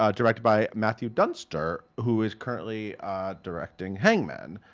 ah directed by matthew dunster, who is currently directing hangman,